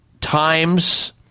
times